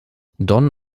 don